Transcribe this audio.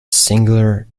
singular